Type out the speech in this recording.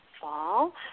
fall